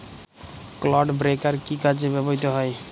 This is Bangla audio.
ক্লড ব্রেকার কি কাজে ব্যবহৃত হয়?